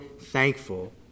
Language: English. thankful